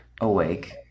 awake